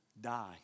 die